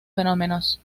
fenómenos